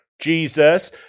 Jesus